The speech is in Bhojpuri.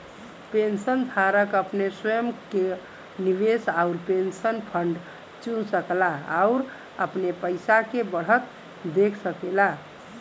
पेंशनधारक अपने स्वयं क निवेश आउर पेंशन फंड चुन सकला आउर अपने पइसा के बढ़त देख सकेला